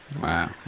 wow